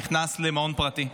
נכנס למעון פרטי.